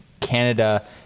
Canada